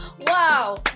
Wow